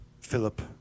Philip